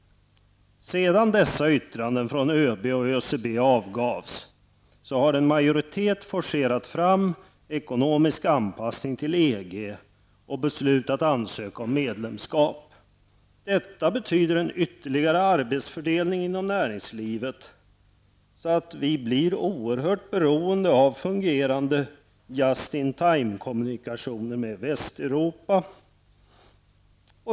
Sedan dessa yttranden från ÖB och ÖCB avgavs har en majoritet forcerat fram ekonomisk anpassning till EG och beslutat att ansöka om medlemskap. Detta betyder ytterligare arbetsfördelning inom näringslivet, så att vi blir oerhört beroende av fungerande just-in-timekommunikationer med Västeuropa.